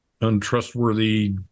untrustworthy